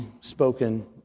spoken